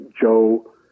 Joe